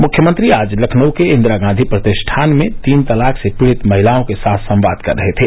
मुख्यमंत्री आज लखनऊ के इंदिरा गांधी प्रतिष्ठान में तीन तलाक से पीड़ित महिलाओं के साथ संवाद कर रहे थे